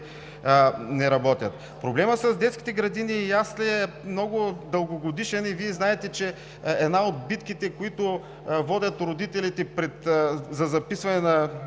не работят. Проблемът с детските градини и ясли е дългогодишен и Вие знаете, че той е от битките, които водят родителите за записване на